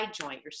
joint